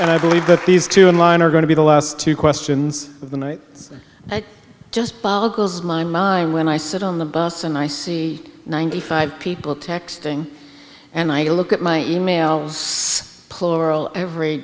and i believe that these two in line are going to be the last two questions of the night it just boggles my mind when i sit on the bus and i see ninety five people texting and i look at my e mails chloral every